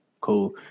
cool